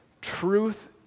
Truth